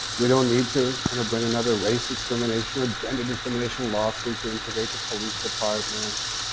we don't need to, kind of, bring another race discrimination or gender discrimination lawsuit to integrate the police department.